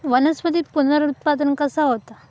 वनस्पतीत पुनरुत्पादन कसा होता?